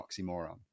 oxymoron